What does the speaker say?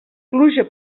pluja